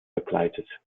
begleitet